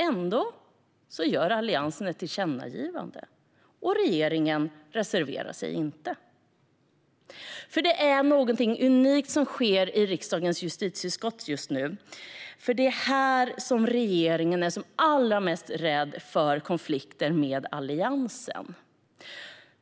Ändå föreslår Alliansen ett tillkännagivande, och företrädarna för partierna i regeringen reserverar sig inte. Det är någonting unikt som sker i riksdagens justitieutskott just nu. Det är nämligen där regeringen är som allra mest rädd för konflikter med Alliansen.